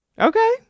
Okay